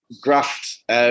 Graft